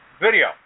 video